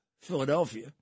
Philadelphia